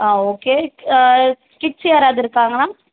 ஆ okay kids யாராவது இருக்காங்களா